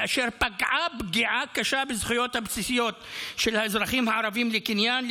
אשר פגע פגיעה קשה בזכויות הבסיסיות של האזרחים הערבים לקניין,